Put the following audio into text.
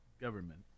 government